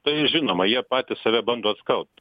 tai žinoma jie patys save bando skalbt